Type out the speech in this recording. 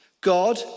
God